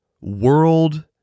world